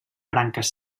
branques